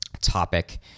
topic